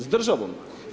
S državom.